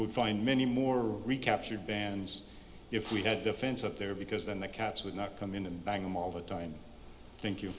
would find many more recapture bands if we had the fence up there because then the cats would not come in and bang them all the time thank you